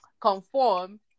conform